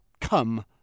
come